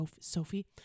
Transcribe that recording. Sophie